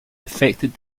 affected